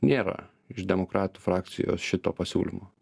nėra iš demokratų frakcijos šito pasiūlymo